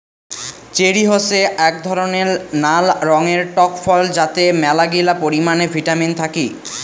cherry হসে আক ধরণের নাল রঙের টক ফল যাতে মেলাগিলা পরিমানে ভিটামিন থাকি